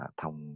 thông